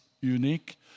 unique